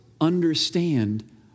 understand